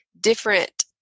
different